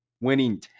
winning